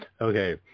okay